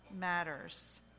matters